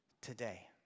today